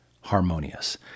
Harmonious